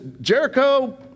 Jericho